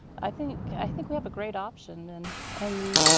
i think i think we have a great option and and